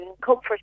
comfort